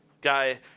guy